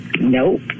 Nope